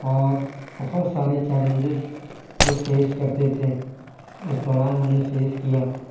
اور بہت سارے چیلنجز کو فیس کرتے تھے اس دوران ہم نے فیس کیا